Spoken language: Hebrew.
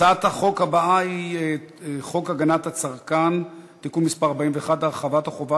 הצעת החוק הבאה היא: חוק הגנת הצרכן (תיקון מס' 41) (הרחבת החובה